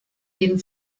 den